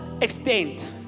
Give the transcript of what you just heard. extent